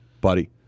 buddy